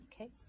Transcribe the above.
Okay